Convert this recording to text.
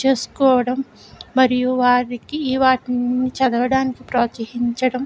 చేసుకోవడం మరియు వారికి వాటిని చదవడానికి ప్రోత్సహించడం